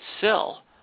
sell